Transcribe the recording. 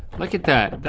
like at that,